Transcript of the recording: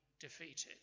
defeated